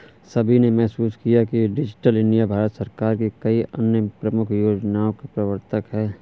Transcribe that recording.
सभी ने महसूस किया है कि डिजिटल इंडिया भारत सरकार की कई अन्य प्रमुख योजनाओं का प्रवर्तक है